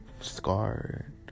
scarred